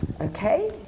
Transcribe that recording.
Okay